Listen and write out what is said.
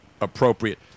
appropriate